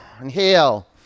inhale